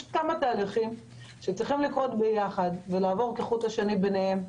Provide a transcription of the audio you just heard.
יש כמה תהליכים שצריכים לקרות ביחד ולעבור כחוט השני ביניהם,